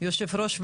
יושב ראש הוועדה,